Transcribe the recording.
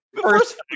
first